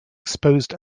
exposed